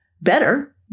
better